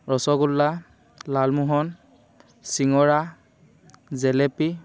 ৰসগোল্লা লালমোহন চিঙৰা জেলেপি